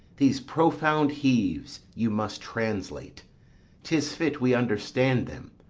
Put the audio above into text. these profound heaves you must translate tis fit we understand them.